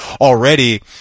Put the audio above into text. already